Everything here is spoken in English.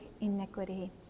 iniquity